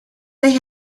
they